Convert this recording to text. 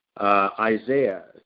Isaiah